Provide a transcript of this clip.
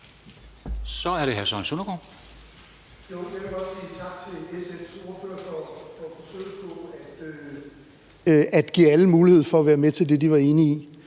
Så er det hr. Søren Søndergaard.